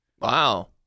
Wow